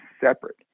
separate